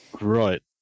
Right